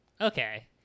Okay